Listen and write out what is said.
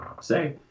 say